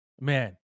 Man